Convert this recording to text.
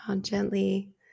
Gently